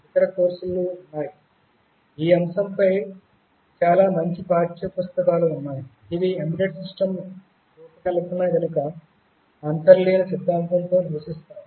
ఇతర కోర్సులు ఉన్నాయి ఈ అంశంపై చాలా మంచి పాఠ్యపుస్తకాలు ఉన్నాయి ఇవి ఎంబెడెడ్ సిస్టమ్స్ రూపకల్పన వెనుక అంతర్లీన సిద్ధాంతంతో నివసిస్తాయి